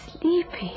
sleepy